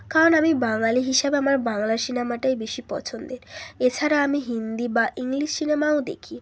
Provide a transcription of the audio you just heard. কারণ আমি বাঙালি হিসাবে আমার বাংলা সিনেমাটাই বেশি পছন্দের এছাড়া আমি হিন্দি বা ইংলিশ সিনেমাও দেখি